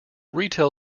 retail